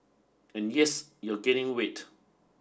and yes you're gaining weight